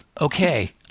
Okay